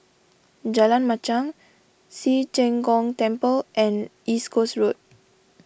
Jalan Machang Ci Zheng Gong Temple and East Coast Road